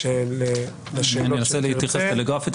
אני אנסה להתייחס טלגרפית,